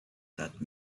that